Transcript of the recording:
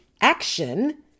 action